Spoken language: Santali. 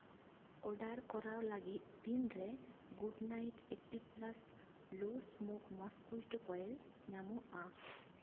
ᱚᱰᱟᱨ ᱠᱚᱨᱟᱣ ᱞᱟᱹᱜᱤᱫ ᱛᱤᱱᱨᱮ Good Knight active plus low smoke mosquito coil ᱧᱟᱢᱚᱜᱼᱟ